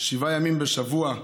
שבעה ימים בשבוע,